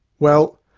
well,